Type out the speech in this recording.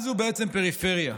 של חבר הכנסת ינון אזולאי.